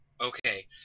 okay